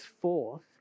forth